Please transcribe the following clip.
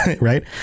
right